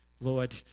Lord